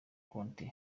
konti